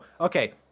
Okay